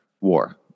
war